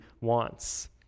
wants